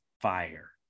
fire